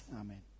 Amen